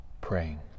praying